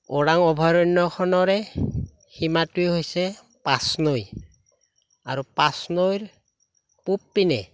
ওৰাং অভয়াৰণ্যখনৰে সীমাটোৱেই হৈছে পাঁচনৈ আৰু পাঁচনৈৰ পূবপিনে